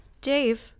Dave